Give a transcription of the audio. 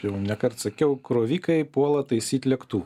jau ne kart sakiau krovikai puola taisyt lėktuvą